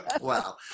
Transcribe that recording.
wow